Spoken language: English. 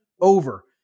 over